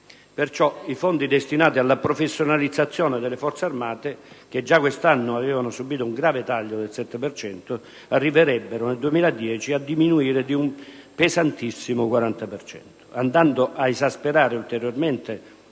Pertanto, i fondi destinati alla professionalizzazione delle Forze armate, che già quest'anno avevano subito un grave taglio del 7 per cento, arriverebbero nel 2010 a diminuire di un pesantissimo 40 per cento, andando ad esasperare ulteriormente